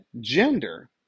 gender